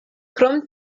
krom